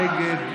נגד,